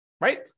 right